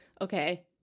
okay